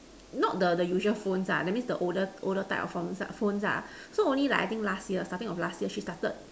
not the the usual phones ah that means the older older type of phon~ phones ah so only like I think last year starting of last year she started